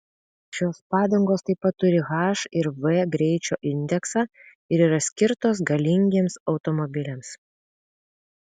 šios padangos taip pat turi h ir v greičio indeksą ir yra skirtos galingiems automobiliams